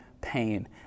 pain